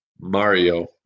Mario